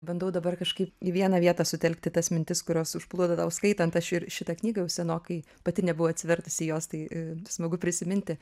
bandau dabar kažkaip į vieną vietą sutelkti tas mintis kurios užplūdo tau skaitant aš ir šitą knygą jau senokai pati nebuvau atsivertusi jos tai smagu prisiminti